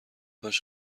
کاش